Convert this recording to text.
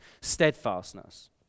Steadfastness